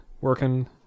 Working